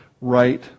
right